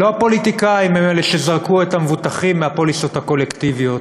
לא הפוליטיקאים הם שזרקו את המבוטחים מהפוליסות הקולקטיביות,